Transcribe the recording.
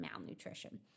malnutrition